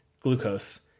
glucose